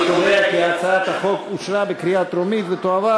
אני קובע כי הצעת החוק אושרה בקריאה טרומית ותועבר